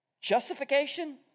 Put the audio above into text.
Justification